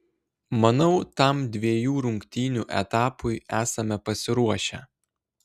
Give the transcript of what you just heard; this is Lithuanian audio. manau tam dviejų rungtynių etapui esame pasiruošę